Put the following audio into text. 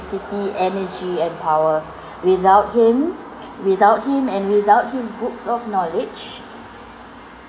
energy and power without him without him and without his books of knowledge